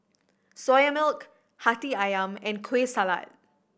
Soya Milk Hati Ayam and Kueh Salat